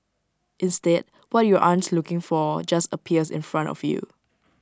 instead what you aren't looking for just appears in front of you